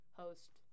host